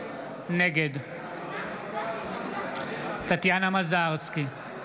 נגד טטיאנה מזרסקי,